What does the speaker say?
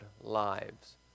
lives